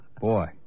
Boy